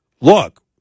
Look